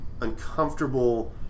uncomfortable